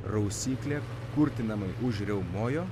rausyklė kurtinamai užriaumojo